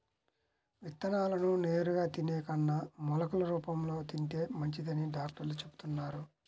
విత్తనాలను నేరుగా తినే కన్నా మొలకలు రూపంలో తింటే మంచిదని డాక్టర్లు చెబుతున్నారు